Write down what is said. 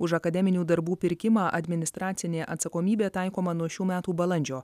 už akademinių darbų pirkimą administracinė atsakomybė taikoma nuo šių metų balandžio